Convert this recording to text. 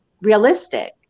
realistic